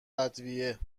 ادویه